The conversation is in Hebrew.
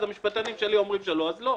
המשפטנים שלי אומרים שלא, אז לא.